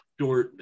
Dortmund